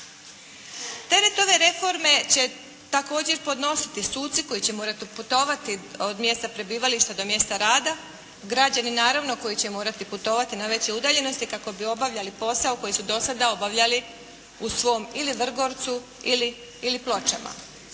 Teret ove reforme će također podnositi suci koji će morat putovati od mjesta prebivališta do mjesta rada, građani naravno koji će morati putovati na veće udaljenosti kako bi obavljali posao koji su dosada obavljali u svom ili Vrgorcu ili Pločama.